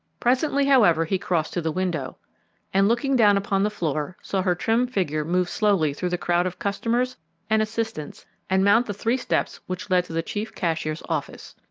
presently, however, he crossed to the window and, looking down upon the floor, saw her trim figure move slowly through the crowd of customers and assistants and mount the three steps which led to the chief cashier's office.